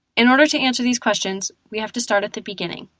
in order to answer these questions, we have to start at the beginning.